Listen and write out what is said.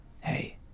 Hey